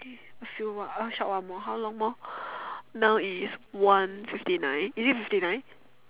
okay a few more a short one more how long more now is one fifty nine is it fifty nine